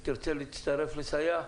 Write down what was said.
האם תרצה להצטרף ולסייע?